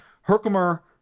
Herkimer